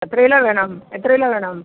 എത്ര കിലോ വേണം എത്ര കിലോ വേണം